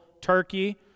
turkey